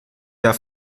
der